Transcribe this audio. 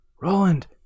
Roland